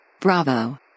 Bravo